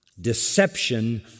deception